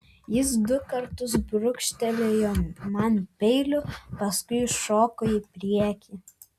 jis du kartus brūkštelėjo man peiliu paskui šoko į priekį